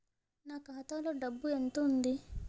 నా ఖాతాలో డబ్బు ఎంత ఉంది?